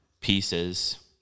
pieces